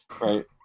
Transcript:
right